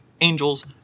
angels